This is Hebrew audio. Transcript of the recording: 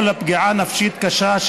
או לפגיעה נפשית קשה,